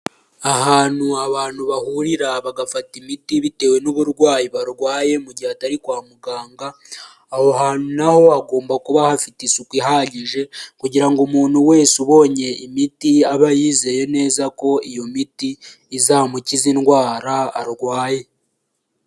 Ahantu abantu bahurira bagafata imiti bitewe n'uburwayi barwaye mu gihe atari kwa muganga, aho hantu naho hagomba kuba hafite isuku ihagije kugira ngo umuntu wese ubonye imiti aba yizeye neza ko iyo miti izamukiza indwara arwaye.